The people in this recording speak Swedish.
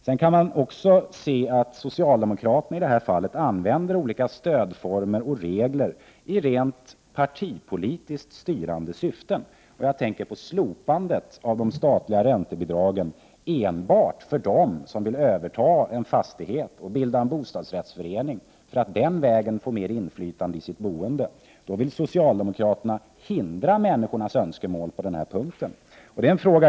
Vi kan också se att socialdemokraterna i det här fallet använder olika stödformer och regler i rent partipolitiskt syfte. Jag tänker på slopandet av de statliga räntebidragen enbart för dem som vill överta en fastighet och bilda en bostadsrättsförening för att på den vägen få mer inflytande i sitt boende. Socialdemokraterna går emot människors önskemål på den punkten.